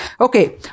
Okay